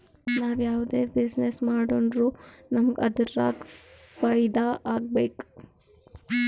ನಾವ್ ಯಾವ್ದೇ ಬಿಸಿನ್ನೆಸ್ ಮಾಡುರ್ನು ನಮುಗ್ ಅದುರಾಗ್ ಫೈದಾ ಆಗ್ಬೇಕ